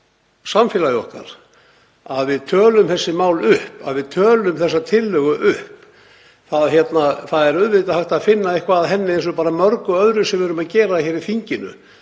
samfélagið okkar að við tölum þessi mál og þessa tillögu upp. Það er auðvitað hægt að finna eitthvað að henni eins og mörgu öðru sem við erum að gera hér í þinginu,